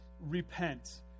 repent